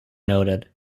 noted